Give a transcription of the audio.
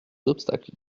obstacles